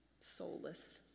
soulless